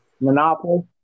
Monopoly